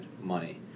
money